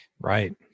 Right